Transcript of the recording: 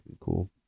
cool